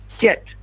get